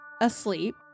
asleep